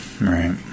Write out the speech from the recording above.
Right